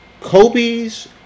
Kobe's